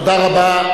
תודה רבה.